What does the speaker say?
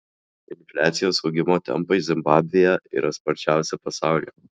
infliacijos augimo tempai zimbabvėje yra sparčiausi pasaulyje